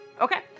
Okay